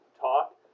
talk